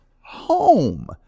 home